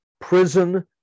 prison